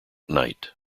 knight